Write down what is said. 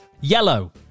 yellow